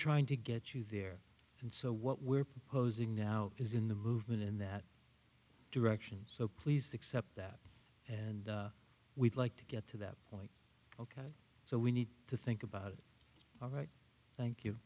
trying to get you there and so what we're proposing now is in the movement in that direction so please accept that and we'd like to get to that point ok so we need to think about it all right thank